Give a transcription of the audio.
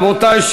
רבותי,